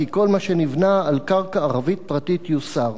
כי כל מה שנבנה על קרקע ערבית פרטית יוסר.